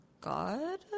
god